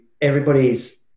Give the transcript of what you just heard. everybody's